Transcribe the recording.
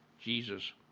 Jesus